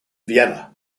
vienna